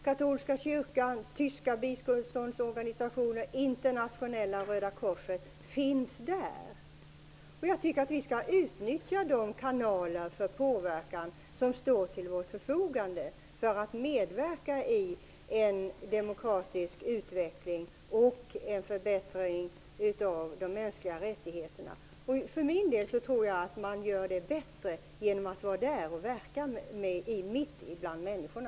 Katolska kyrkan, tyska biståndsorganisationer och Internationella röda korset finns där. Jag tycker att vi skall utnyttja de kanaler för påverkan som står till vårt förfogande för att medverka i en demokratisk utveckling och en förbättring av de mänskliga rättigheterna. För min del tror jag att man gör det bättre genom att vara där och verka mitt ibland människorna.